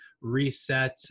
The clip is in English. reset